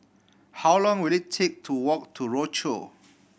how long will it take to walk to Rochor